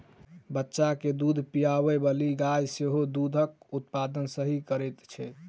बच्चा के दूध पिआबैबाली गाय सेहो दूधक उत्पादन सही करैत छै